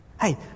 Hey